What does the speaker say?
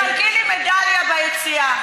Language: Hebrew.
תחלקי לי מדליה ביציאה.